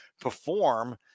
perform